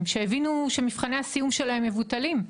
שהבינו שמבחני הסיום שלהם מבוטלים,